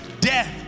death